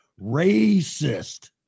Racist